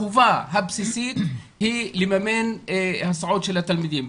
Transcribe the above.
החובה הבסיסית היא לממן הסעות של התלמידים.